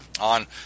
on